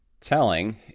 telling